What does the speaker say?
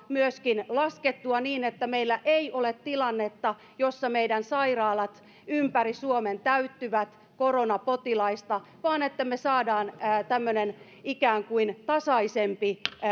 myöskin laskettua tautihuippua niin että meillä ei ole tilannetta jossa meidän sairaalat ympäri suomen täyttyvät koronapotilaista vaan että me saamme tämmöisen ikään kuin tasaisemman